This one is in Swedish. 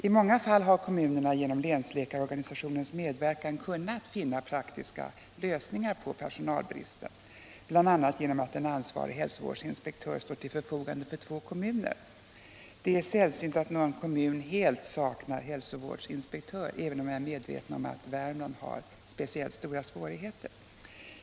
I många fall har kommunerna genom länsläkarorganisationens medverkan kunnat finna praktiska lösningar när det gäller personalbristen, bl.a. genom att en ansvarig hälsovårdsinspektör står till förfogande för två kommuner. Det är sällsynt att någon kommun helt saknar hälsovårdsinspektör, men jag är medveten om att Värmland har speciellt stora svårigheter.